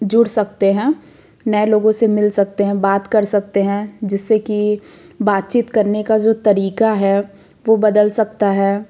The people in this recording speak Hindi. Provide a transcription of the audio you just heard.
जुड़ सकते हैं नए लोगों से मिल सकते हैं बात कर सकते हैं जिससे की बातचीत करने का जो तरीका है वो बदल सकता है